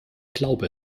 glaube